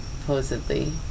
supposedly